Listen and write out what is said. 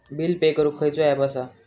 Bill pay करूक खैचो app असा?